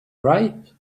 ripe